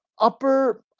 upper